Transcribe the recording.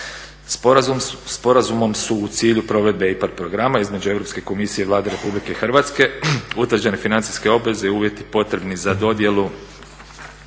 Sporazumom su u cilju provedbe IPARD programa između Europske komisije i Vlade Republike Hrvatske utvrđene financijske obveze i uvjeti potrebni za dodjelu